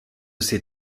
ses